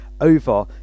over